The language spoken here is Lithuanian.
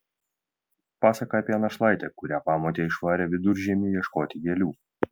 pasaka apie našlaitę kurią pamotė išvarė viduržiemį ieškoti gėlių